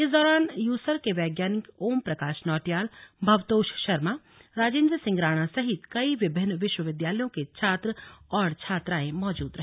इस दौरान यूसर्क के वैज्ञानिक ओम प्रकाश नौटियाल भवतोष शर्मा राजेन्द्र सिंह राणा सहित कई विभिन्न विश्व विद्यालयों के छात्र और छात्राएं मौजूद रहे